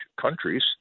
countries